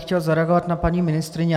Chtěl bych zareagovat na paní ministryni.